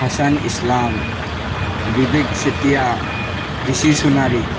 Hasan Islam Bibek Chetia Rishi Sonari